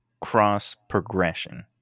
cross-progression